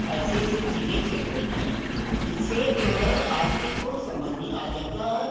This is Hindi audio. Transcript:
ऐसी ऐसी चीज़ें चल गई हैं जिससे जो है आदमी को समझ में आ जाता है